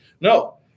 No